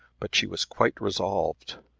but she was quite resolved.